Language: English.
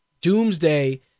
doomsday